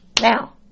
Now